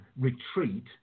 retreat